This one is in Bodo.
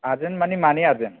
आरजेन्ट माने मानि आरजेन्ट